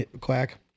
quack